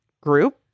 group